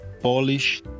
Polish